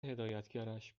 هدایتگرش